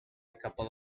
couple